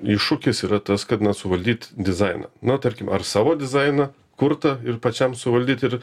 iššūkis yra tas kad na suvaldyt dizainą na tarkim ar savo dizainą kurtą ir pačiam suvaldyt ir